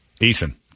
Ethan